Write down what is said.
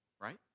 right